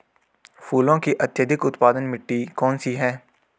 फूलों की अत्यधिक उत्पादन मिट्टी कौन सी है?